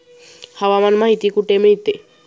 हवामान माहिती कुठे मिळते?